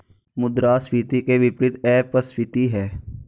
मुद्रास्फीति के विपरीत अपस्फीति है